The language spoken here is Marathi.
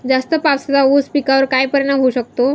जास्त पावसाचा ऊस पिकावर काय परिणाम होऊ शकतो?